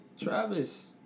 Travis